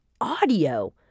audio